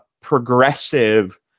progressive